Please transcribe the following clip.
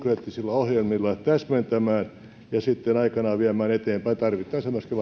ohjelmilla täsmentämään ja sitten aikanaan viemään eteenpäin tarvittaessa myöskin